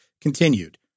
continued